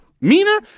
Meaner